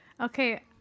Okay